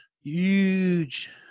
Huge